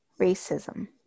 racism